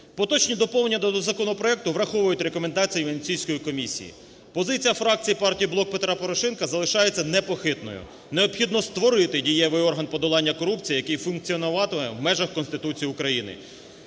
Поточні доповнення до законопроекту враховують рекомендації Венеційської комісії. Позиція фракції партії "Блок Петра Порошенка" залишається непохитною: необхідно створити дієвий орган подолання корупції, який функціонуватиме в межах Конституції України.